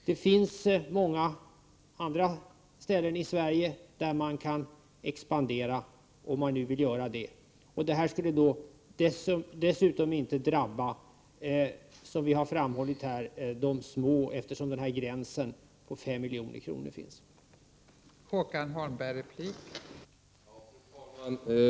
Det finns ju så många orter i Sverige där man kan expandera, om man nu skulle vara i behov av att få göra det. Dessutom drabbar inte den aktuella avgiften, som vi framhållit i debatten, de små företagen i och med att 5 miljoner är en minimigräns för att avgiften skall tas ut.